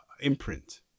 imprint